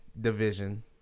Division